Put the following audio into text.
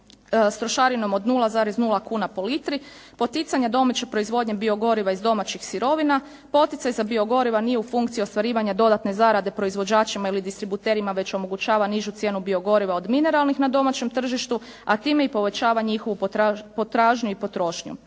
s trošarinom od 0,0 kuna po litri, poticanja domaće proizvodnje biogoriva iz domaćih sirovina. Poticaj za biogoriva nije u funkciji ostvarivanja dodatne zarade proizvođačima ili distributerima već omogućava nižu cijenu biogoriva od mineralnih na domaćem tržištu, a time i povećava njihovu potražnju i potrošnju.